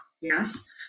Yes